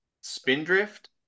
Spindrift